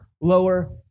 lower